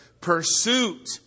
pursuit